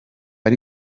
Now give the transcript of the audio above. ari